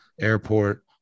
airport